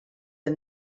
are